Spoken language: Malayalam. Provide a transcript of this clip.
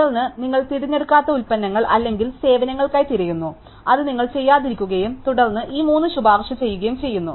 തുടർന്ന് നിങ്ങൾ തിരഞ്ഞെടുക്കാത്ത ഉൽപ്പന്നങ്ങൾ അല്ലെങ്കിൽ സേവനങ്ങൾക്കായി തിരയുന്നു അത് നിങ്ങൾ ചെയ്യാതിരിക്കുകയും തുടർന്ന് ഈ മൂന്ന് ശുപാർശ ചെയ്യുകയും ചെയ്യുന്നു